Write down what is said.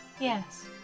Yes